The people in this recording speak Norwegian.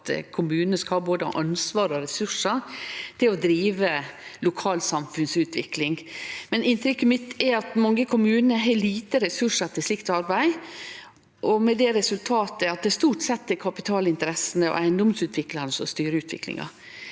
kommunane skal ha både ansvar og ressursar til å drive lokal samfunnsutvikling, men inntrykket mitt er at mange kommunar har lite ressursar til slikt arbeid, med det resultatet at det stort sett er kapitalinteressene og eigedomsutviklarane som styrer utviklinga.